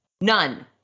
none